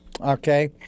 okay